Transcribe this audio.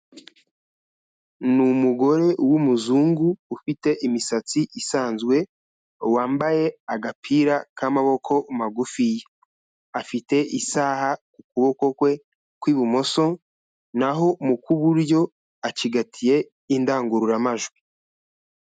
Ni umugore w'umuzungu ufite imisatsi isanzwe, wambaye agapira k'amaboko magufiya, afite isaha ku kuboko kwe kw'ibumoso, naho mu kw'iburyo acigatiye indangururamajwi.